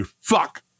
fuck